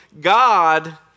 God